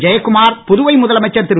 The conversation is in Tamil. ஜெயக்குமார் புதுவை முதலமைர் திரு